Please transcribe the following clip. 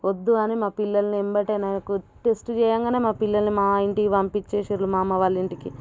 వద్దు అని మా పిల్లల్ని వెంటనే నాకు టెస్ట్ చేయగానే మా పిల్లల్ని మా ఇంటికి పంపించేసారు మా అమ్మ వాళ్ళ ఇంటికి